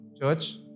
church